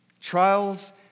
Trials